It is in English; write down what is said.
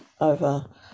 over